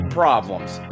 problems